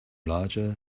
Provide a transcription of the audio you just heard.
larger